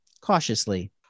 cautiously